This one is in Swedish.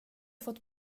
fått